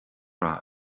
rath